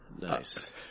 Nice